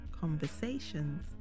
conversations